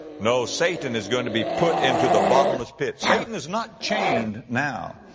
no, satan is going to be put into the bottomless pit. satan is not chained now.